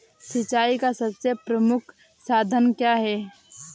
सिंचाई का सबसे प्रमुख साधन क्या है?